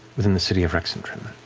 within the city of rexxentrum,